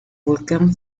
volcán